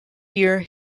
year